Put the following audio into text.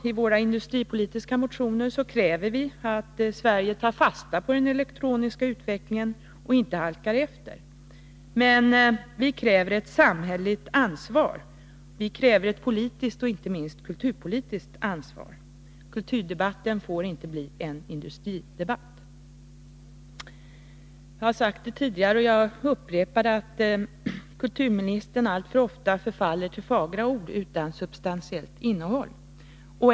I våra industripolitiska motioner kräver vi att Sverige skall ta fasta på den elektroniska utvecklingen och inte halka efter. Men vi kräver ett samhälleligt ansvar. Vi kräver ett politiskt och inte minst kulturpolitiskt ansvar. Kulturdebatten får inte bli en industridebatt. Jag har sagt det tidigare, och jag upprepar det: Kulturministern förfaller alltför ofta till att uttala fagra ord utan substantiellt innehåll.